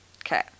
Okay